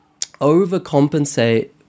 overcompensate